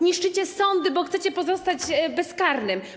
Niszczycie sądy, bo chcecie pozostać bezkarnymi.